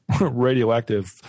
radioactive